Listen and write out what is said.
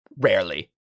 Rarely